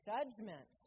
Judgment